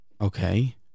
Okay